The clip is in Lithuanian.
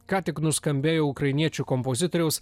ką tik nuskambėjo ukrainiečių kompozitoriaus